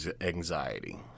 anxiety